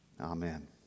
Amen